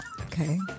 Okay